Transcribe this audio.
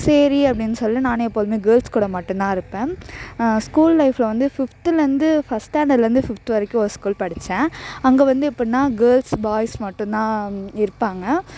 சரி அப்டின்னு சொல்ல நான் எப்போதுமே கேர்ள்ஸ் கூட மட்டுந்தான் இருப்பேன் ஸ்கூல் லைஃப்பில் வந்து ஃபிஃப்த்துலேருந்து ஃபஸ்ட் ஸ்டாண்டர்ட்லேருந்து ஃபிஃப்த்து வரைக்கும் ஒரு ஸ்கூல் படித்தேன் அங்கே வந்து எப்புடினா கேர்ள்ஸ் பாய்ஸ் மட்டுந்தான் இருப்பாங்க